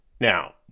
Now